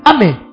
Amen